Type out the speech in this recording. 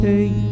Hey